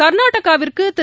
கர்நாடகாவிற்கு திரு